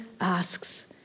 asks